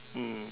mm